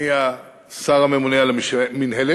אני השר הממונה על המינהלת.